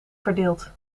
verdeelt